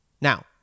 Now